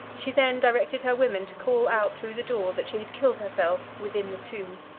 she then directed her women to call out through the door that she had killed herself within the tomb.